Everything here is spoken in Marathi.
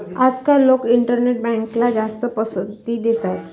आजकाल लोक इंटरनेट बँकला जास्त पसंती देतात